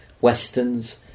westerns